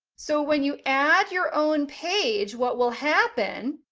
so when you add your own page, what will happen